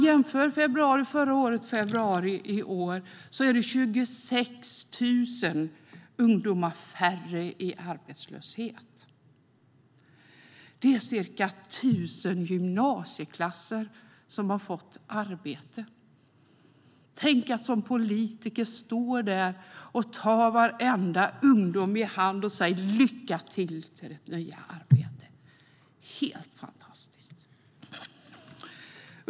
I februari i år var det 26 000 ungdomar färre i arbetslöshet jämfört med februari förra året. Det är ca 1 000 gymnasieklasser som har fått arbete. Helt fantastiskt! Tänk att som politiker få stå och ta varenda ungdom i hand och säga: Lycka till i ditt nya arbete!